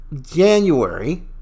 January